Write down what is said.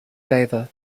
favor